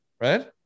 right